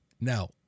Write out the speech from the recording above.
Now